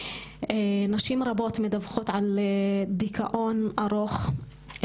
נשים רבות מדווחות על דיכאון ארוך,